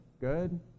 good